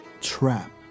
trap